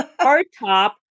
hardtop